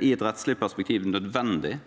i et rettslig perspektiv – nødvendig